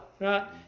right